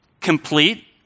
complete